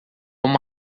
uma